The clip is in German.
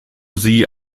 sie